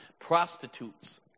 prostitutes